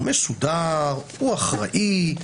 הוא מסודר, הוא אחראי.